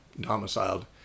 domiciled